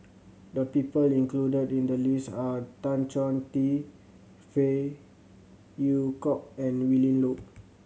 the people included in the list are Tan Choh Tee Phey Yew Kok and Willin Low